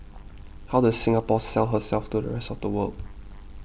how does Singapore sell herself to the rest of the world